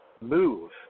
Move